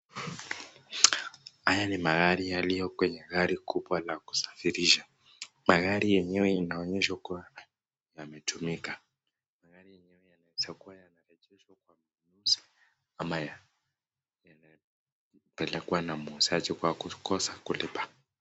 Haya ni magari yaliyo kwenye gari kubwa la kusafirisha. Magari yenyewe inaonyeshwa kuwa yametumika. Magari yenyewe yanaweza kuwa yanarejeshwa kwa mnunuzi ama yanapelekwa na muuzaji kwa kukosa kulipa.